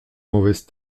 mauvaise